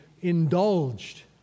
indulged